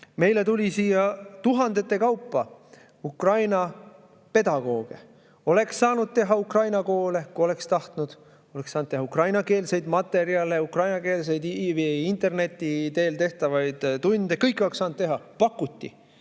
Meile tuli siia tuhandete kaupa Ukraina pedagooge. Oleks saanud teha ukraina koole, kui oleks tahtnud, oleks saanud teha ukrainakeelseid materjale, oleks saanud interneti teel teha ukrainakeelseid tunde. Kõike oleks saanud teha. Pakuti.